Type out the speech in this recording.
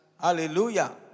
Hallelujah